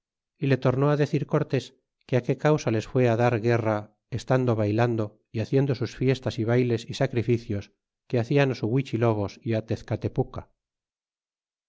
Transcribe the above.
y le tornó decir cortes que qué causa les fué dar guerra estando baylando y haciendo sus fiestas y bayles y sacrificios que hacian su huichilobos y